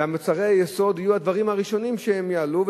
ומוצרי היסוד יהיו הדברים הראשונים שמחיריהם יעלו,